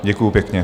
Děkuji pěkně.